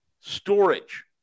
storage